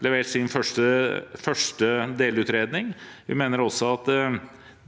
levert sin første delutredning, og at